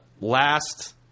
Last